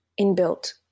inbuilt